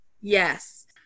Yes